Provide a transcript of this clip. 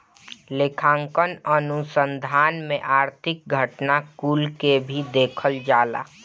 लेखांकन अनुसंधान में आर्थिक घटना कुल के भी देखल जाला